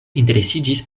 interesiĝis